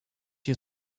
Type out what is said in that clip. się